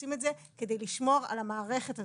עושים את זה בדרך שתשמור על המערכת הזאת,